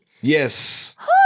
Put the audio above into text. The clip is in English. Yes